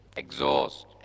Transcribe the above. exhaust